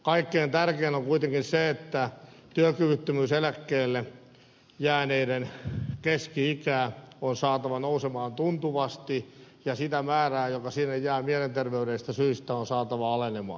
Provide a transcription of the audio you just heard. kaikkein tärkein on kuitenkin se että työkyvyttömyyseläkkeelle jääneiden keski ikää on saatava nousemaan tuntuvasti ja sitä määrää joka sinne jää mielenterveydellisistä syistä on saatava alenemaan